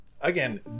Again